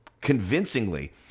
convincingly